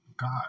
God